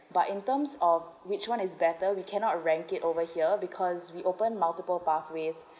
but in terms of which one is better we cannot rank it over here because we open multiple pathways